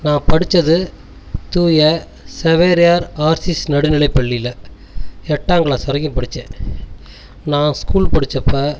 நான் படிச்சது தூய சவேரியார் ஆர்சிஸ் நடுநிலைப்பள்ளியில் எட்டாம் கிளாஸ் வரைக்கும் படிச்சேன் நான் ஸ்கூல் படிச்சோப்ப